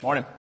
Morning